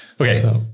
okay